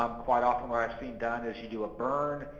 um quite often what i've seen done is you do a burn,